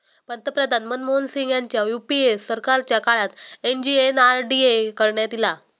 पंतप्रधान मनमोहन सिंग ह्यांच्या यूपीए सरकारच्या काळात एम.जी.एन.आर.डी.ए करण्यात ईला